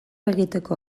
egiteko